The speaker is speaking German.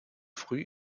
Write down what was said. früh